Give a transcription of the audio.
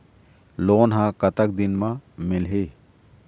Loan ह कतक दिन मा मिलही?